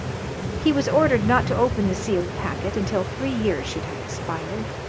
he was ordered not to open the sealed packet until three years should have expired,